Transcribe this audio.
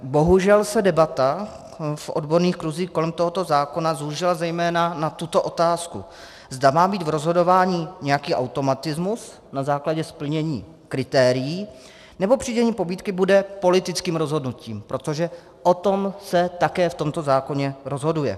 Bohužel se debata v odborných kruzích kolem tohoto zákona zúžila zejména na tuto otázku, zda má být v rozhodování nějaký automatismus na základě splnění kritérií, nebo přidělení pobídky bude politickým rozhodnutím, protože o tom se také v tomto zákoně rozhoduje.